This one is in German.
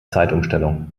zeitumstellung